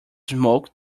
smoke